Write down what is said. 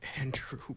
Andrew